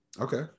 Okay